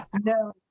No